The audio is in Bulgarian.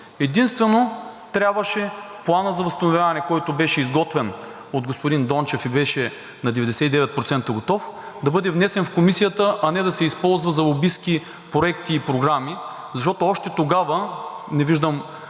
единствено трябваше Планът за възстановяване, който беше изготвен от господин Дончев и беше на 99% готов, да бъде внесен в Комисията, а не да се използва за лобистки проекти и програми. Още тогава – не виждам